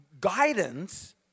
guidance